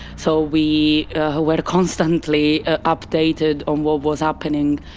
so we ah were constantly updated on what was happening.